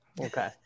Okay